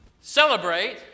celebrate